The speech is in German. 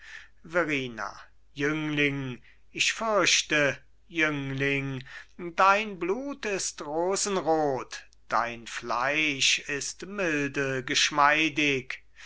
verrina jüngling ich fürchte jüngling dein blut ist rosenrot dein fleisch ist milde geschmeidig